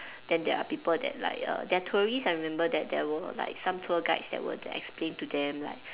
then there are people that like err they are tourists I remember that there were like some tour guides that were to explain to them like